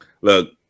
Look